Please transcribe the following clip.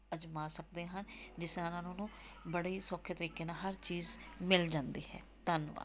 ਅਜ਼ਮਾ ਸਕਦੇ ਹਨ ਜਿਸ ਨਾਲ ਉਹਨਾਂ ਨੂੰ ਬੜੇ ਹੀ ਸੌਖੇ ਤਰੀਕੇ ਨਾਲ ਹਰ ਚੀਜ਼ ਮਿਲ ਜਾਂਦੀ ਹੈ ਧੰਨਵਾਦ